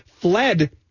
fled